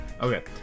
Okay